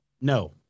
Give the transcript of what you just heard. No